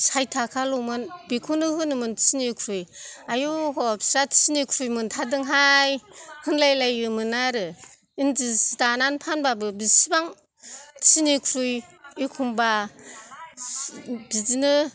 साइद थाखाल'मोन बेखौनो होनोमोन थिनिख्रुइ आयौ होनै फिस्रा थिनिख्रुइ मोन्थारदोंहाय होनलायलायोमोन आरो इन्दि सि दानानै फानब्लाबो बिसिबां थिनिख्रुइ एखम्ब्ला बिदिनो